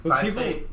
People